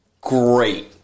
great